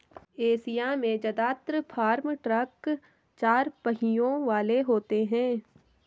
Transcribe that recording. Asia में जदात्र farm truck चार पहियों वाले होते हैं